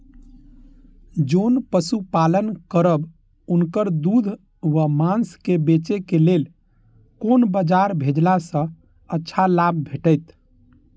जोन पशु पालन करब उनकर दूध व माँस के बेचे के लेल कोन बाजार भेजला सँ अच्छा लाभ भेटैत?